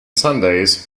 sundays